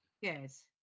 Yes